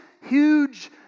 huge